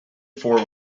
for